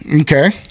Okay